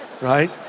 Right